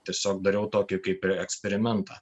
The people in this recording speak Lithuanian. tiesiog dariau tokį kaip ir eksperimentą